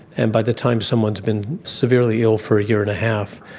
and by the time someone has been severely ill for a year and a half,